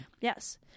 yes